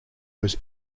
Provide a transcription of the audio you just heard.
was